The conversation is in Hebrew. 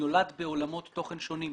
נולד בעולמות תוכן שונים.